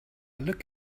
look